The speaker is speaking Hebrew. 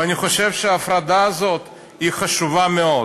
ואני חושב שההפרדה הזאת היא חשובה מאוד.